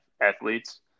athletes